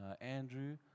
Andrew